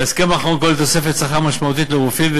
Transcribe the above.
ההסכם האחרון כולל תוספות שכר משמעותיות לרופאים,